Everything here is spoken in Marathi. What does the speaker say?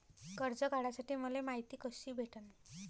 कर्ज काढासाठी मले मायती कशी भेटन?